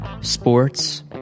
sports